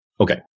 Okay